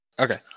Okay